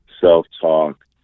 self-talk